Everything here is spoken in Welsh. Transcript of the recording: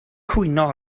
cwyno